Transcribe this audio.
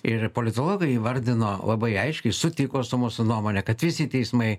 ir politologai įvardin labai aiškiai sutiko su mūsų nuomone kad visi teismai